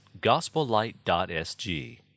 gospellight.sg